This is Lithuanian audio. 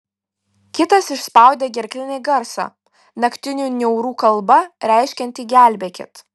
kitas išspaudė gerklinį garsą naktinių niaurų kalba reiškiantį gelbėkit